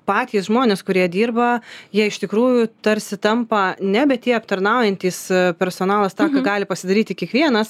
patys žmonės kurie dirba jie iš tikrųjų tarsi tampa nebe tie aptarnaujantys personalas tą ką gali pasidaryti kiekvienas